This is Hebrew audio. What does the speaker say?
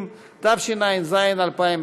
בעד, אין מתנגדים, שניים נמנעו.